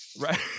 Right